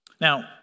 Now